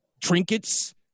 trinkets